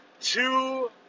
Two